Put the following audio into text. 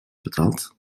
betaald